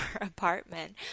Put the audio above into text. apartment